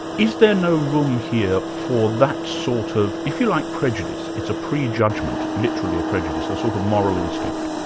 is there no room here for that sort of, if you like, prejudice it's a pre-judgment, literally a prejudice, a sort of moral instinct?